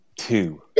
Two